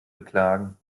beklagen